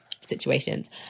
situations